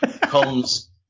comes